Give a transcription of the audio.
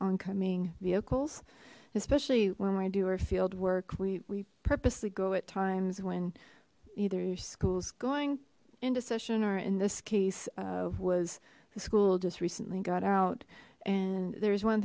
oncoming vehicles especially when we do our field work we we purposely go at times when either schools going into session or in this case of was the school just recently got out and there's one